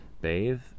bathe